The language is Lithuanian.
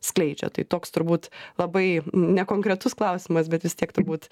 skleidžia tai toks turbūt labai nekonkretus klausimas bet vis tiek turbūt